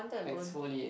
exfoliate